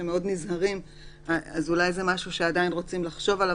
זאת נקודה שצרך לחשוב עליה.